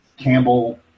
Campbell